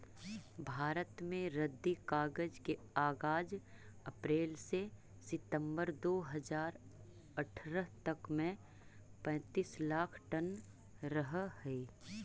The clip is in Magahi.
भारत में रद्दी कागज के आगाज अप्रेल से सितम्बर दो हज़ार अट्ठरह तक में पैंतीस लाख टन रहऽ हई